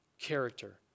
character